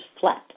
flat